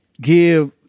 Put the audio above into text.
give